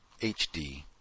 HD